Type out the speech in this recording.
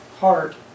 heart